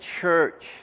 church